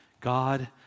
God